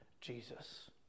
Jesus